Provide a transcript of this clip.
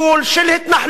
של התנחלות,